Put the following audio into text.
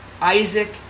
Isaac